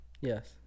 yes